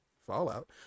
fallout